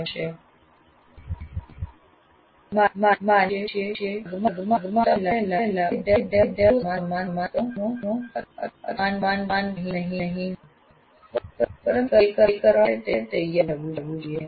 માનીએ છીએ કે વર્ગમાં આવતા પહેલા બધા વિદ્યાર્થીઓ સમાન સ્તરનું અથવા સમાન જ્ઞાન નહીં હોય પરંતુ તે કરવા માટે તૈયાર રહેવું જોઈએ